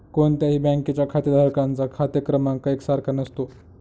कोणत्याही बँकेच्या खातेधारकांचा खाते क्रमांक एक सारखा नसतो